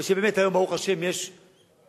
ושבאמת היום ברוך השם יש סוף-סוף,